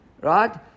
right